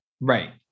Right